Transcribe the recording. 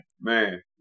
Man